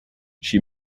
she